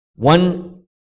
One